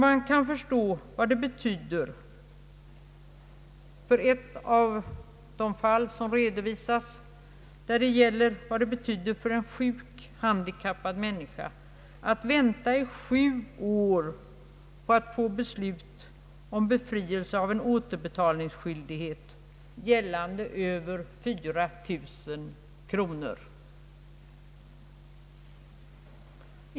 Man kan förstå vad det betyder — som i ett av de fall som redovisas — för en sjuk handikappad människa att vänta sju år på beslut om befrielse från en återbetalningsskyldighet på över 4 000 kronor.